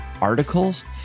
articles